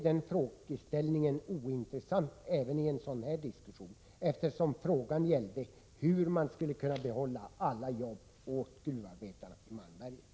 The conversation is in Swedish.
Den frågeställningen är inte ointressant i en sådan här diskussion, eftersom frågan gällde hur man skulle kunna behålla alla jobb åt gruvarbetarna i Malmberget.